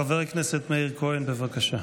חבר הכנסת מאיר כהן, בבקשה.